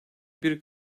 bir